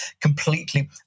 completely